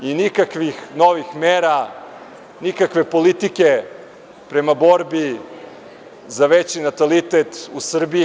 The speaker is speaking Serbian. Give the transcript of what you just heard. I nikakvih novih mera, nikakve politike prema borbi za veći natalitet u Srbiji nema.